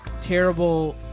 terrible